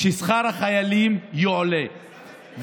ששכר החיילים יועלה,